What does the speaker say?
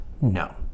No